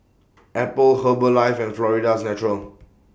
Apple Herbalife and Florida's Natural